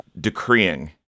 decreeing